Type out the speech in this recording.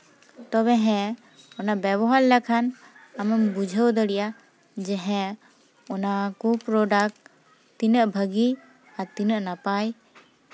ᱛᱚᱵᱮ ᱦᱮᱸ ᱚᱱᱟ ᱵᱮᱵᱚᱦᱟᱨ ᱞᱮᱠᱷᱟᱱ ᱟᱢᱮᱢ ᱵᱩᱡᱷᱟᱹᱣ ᱫᱟᱲᱮᱭᱟᱜᱼᱟ ᱡᱮ ᱦᱮᱸ ᱚᱱᱟ ᱠᱩ ᱯᱨᱚᱰᱟᱠᱴ ᱛᱤᱱᱟᱹᱜ ᱵᱷᱟᱜᱮ ᱟᱨ ᱛᱤᱱᱟᱹᱜ ᱱᱟᱯᱟᱭ